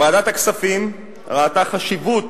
ועדת הכספים ראתה חשיבות